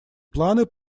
планы